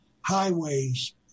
highways